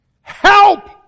Help